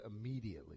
immediately